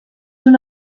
una